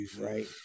right